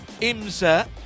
IMSA